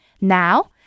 now